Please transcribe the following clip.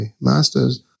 master's